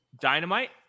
dynamite